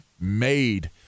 made